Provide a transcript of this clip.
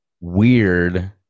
weird